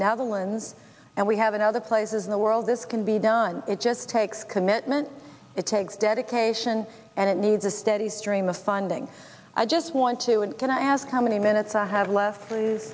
netherlands and we have in other places in the world this can be done it just takes commitment it takes dedication and it needs a steady stream of funding i just want to and can i ask how many minutes i have left